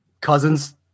Cousins